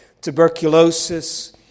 Tuberculosis